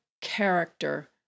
character